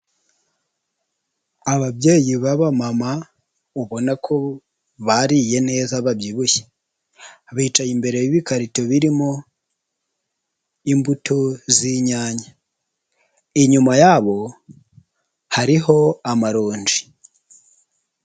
Ababyeyi b'abamama ubona ko bariye neza babyibushye, bicaye imbere y'ibikarito birimo imbuto z'inyanya, inyuma yabo hariho amaronji.